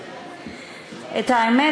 האמת,